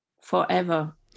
forever